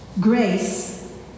Grace